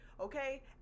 Okay